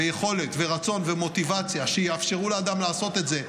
ויכולת ורצון ומוטיבציה שיאפשרו לאדם לעשות את זה,